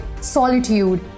solitude